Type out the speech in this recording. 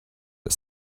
but